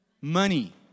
money